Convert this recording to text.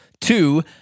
Two